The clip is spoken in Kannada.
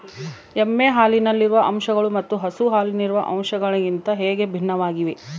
ಎಮ್ಮೆ ಹಾಲಿನಲ್ಲಿರುವ ಅಂಶಗಳು ಮತ್ತು ಹಸು ಹಾಲಿನಲ್ಲಿರುವ ಅಂಶಗಳಿಗಿಂತ ಹೇಗೆ ಭಿನ್ನವಾಗಿವೆ?